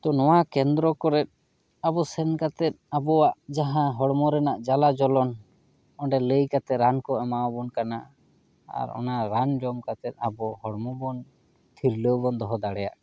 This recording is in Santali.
ᱛᱚ ᱱᱚᱣᱟ ᱠᱮᱱᱫᱨᱚ ᱠᱚᱨᱮᱫ ᱟᱵᱚ ᱥᱮᱱ ᱠᱟᱛᱮᱫ ᱟᱵᱚᱣᱟᱜ ᱡᱟᱦᱟᱸ ᱦᱚᱲᱢᱚ ᱨᱮᱱᱟᱜ ᱡᱟᱞᱟ ᱡᱚᱞᱚᱱ ᱚᱸᱰᱮ ᱞᱟᱹᱭ ᱠᱟᱛᱮ ᱨᱟᱱ ᱠᱚ ᱮᱢᱟᱣᱟᱵᱚᱱ ᱠᱟᱱᱟ ᱟᱨ ᱚᱱᱟ ᱨᱟᱱ ᱡᱚᱢ ᱠᱟᱛᱮ ᱟᱵᱚ ᱦᱚᱲᱢᱚ ᱵᱚᱱ ᱴᱷᱤᱨᱞᱟᱹᱣ ᱵᱚᱱ ᱫᱚᱦᱚ ᱫᱟᱲᱮᱭᱟᱜ ᱠᱟᱱᱟ